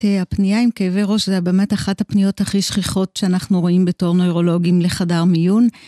הפנייה עם כאבי ראש זה באמת אחת הפניות הכי שכיחות שאנחנו רואים בתור נוירולוגים לחדר מיון.